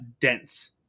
dense